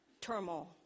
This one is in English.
turmoil